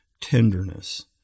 tenderness